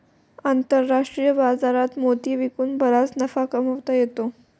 आंतरराष्ट्रीय बाजारात मोती विकून बराच नफा कमावता येतो